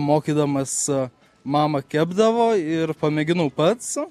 mokydamas mama kepdavo ir pamėginau pats